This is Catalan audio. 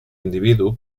individu